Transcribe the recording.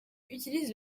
utilise